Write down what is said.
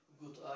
good